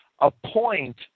appoint